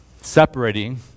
separating